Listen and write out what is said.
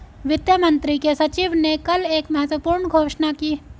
वित्त मंत्री के सचिव ने कल एक महत्वपूर्ण घोषणा की